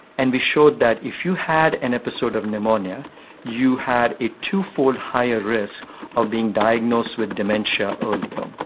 and we showed that if you had an episode of pneumonia you had a two-fold higher risk of being diagnosed with dementia earlier,